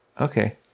Okay